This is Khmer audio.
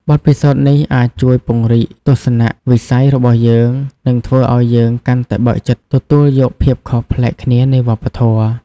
បទពិសោធន៍នេះអាចជួយពង្រីកទស្សនៈវិស័យរបស់យើង និងធ្វើឲ្យយើងកាន់តែបើកចិត្តទទួលយកភាពខុសប្លែកគ្នានៃវប្បធម៌។